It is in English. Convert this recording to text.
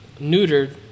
neutered